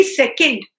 second